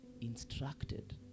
Instructed